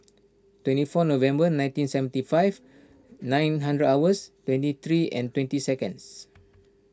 twenty four November nineteen seventy five nine hundred hours twenty three and twenty seconds